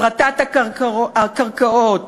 הפרטת הקרקעות,